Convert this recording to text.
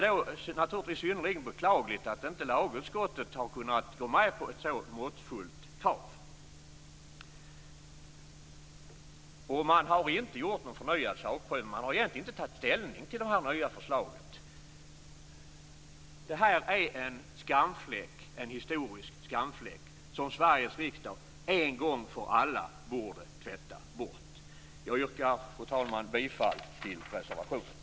Det är synnerligen beklagligt att lagutskottet inte har kunnat gå med på ett så måttfullt krav. Man har inte gjort någon förnyad sakprövning. Man har egentligen inte tagit ställning till det nya förslaget. Det gäller en historisk skamfläck, som Sveriges riksdag en gång för alla borde tvätta bort. Jag yrkar, fru talman, bifall till reservationen.